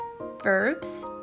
Verbs